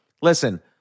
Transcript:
listen